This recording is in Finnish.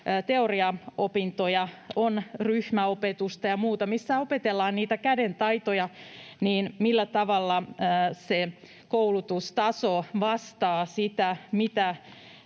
teoriaopintoja, on ryhmäopetusta ja muuta, missä opetellaan niitä kädentaitoja, niin millä tavalla se koulutustaso vastaa sitä, mitä